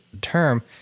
term